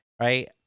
right